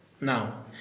now